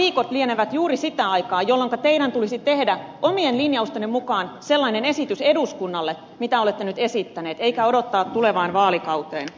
nämä viikot lienevät juuri sitä aikaa jolloin teidän tulisi tehdä omien linjaustenne mukaan sellainen esitys eduskunnalle mitä olette nyt esittänyt eikä odottaa tulevaan vaalikauteen